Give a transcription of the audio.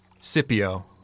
Scipio